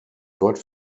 dort